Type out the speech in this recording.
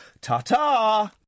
Ta-ta